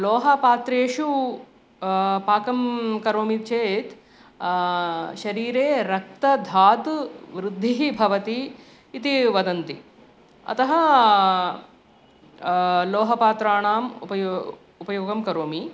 लोहपात्रेषु पाकं करोमि चेत् शरीरे रक्तधातुवृद्धिः भवति इति वदन्ति अतः लोहपात्राणाम् उपयो उपयोगं करोमि